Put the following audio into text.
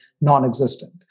non-existent